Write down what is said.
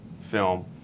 film